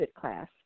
class